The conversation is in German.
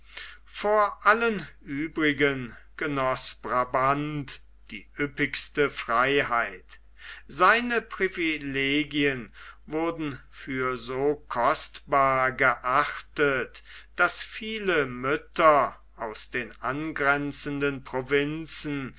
vor allen übrigen genoß brabant die üppigste freiheit seine privilegien wurden für so kostbar geachtet daß viele mütter aus den angrenzenden provinzen